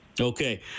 Okay